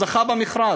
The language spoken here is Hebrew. הוא זכה במכרז,